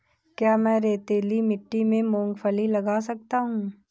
क्या मैं रेतीली मिट्टी में मूँगफली लगा सकता हूँ?